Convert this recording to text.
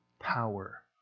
power